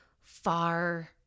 far